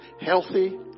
healthy